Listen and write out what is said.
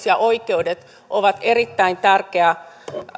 ja oikeudet ovat erittäin tärkeä